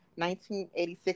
1986